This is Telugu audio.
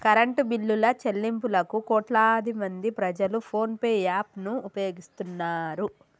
కరెంటు బిల్లుల చెల్లింపులకు కోట్లాదిమంది ప్రజలు ఫోన్ పే యాప్ ను ఉపయోగిస్తున్నారు